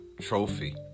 trophy